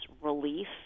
relief